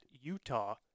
Utah